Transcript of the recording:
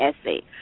essay